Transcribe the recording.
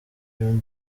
dream